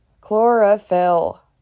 chlorophyll